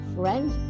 friend